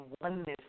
oneness